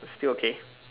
still okay